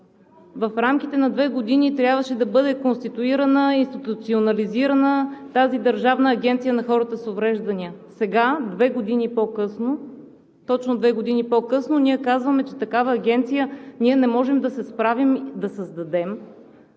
В рамките на две години трябваше да бъде конституирана институционализирана тази Държавна агенция за хората с увреждания. Сега – две години по-късно, точно две години по-късно, ние казваме, че такава агенция не можем да се справим да създадем.